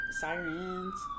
sirens